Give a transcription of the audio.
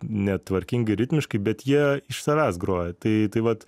netvarkingai ritmiškai bet jie iš savęs groja tai tai vat